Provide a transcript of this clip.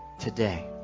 Today